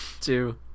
two